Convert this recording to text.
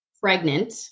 pregnant